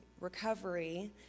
recovery